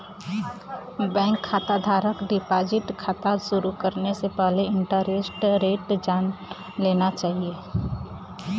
bank खाता धारक क डिपाजिट खाता शुरू करे से पहिले इंटरेस्ट रेट जान लेना चाही